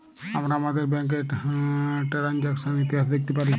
আমরা আমাদের ব্যাংকের টেরানযাকসন ইতিহাস দ্যাখতে পারি